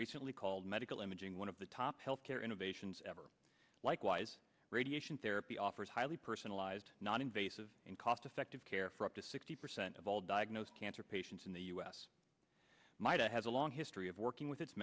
recently called medical imaging one of the top health care innovations ever likewise radiation therapy offers highly personalized noninvasive and cost effective care for up to sixty percent of all diagnosed cancer patients in the u s my day has a long history of working with its